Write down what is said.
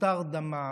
הותר דמם.